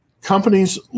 Companies